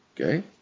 Okay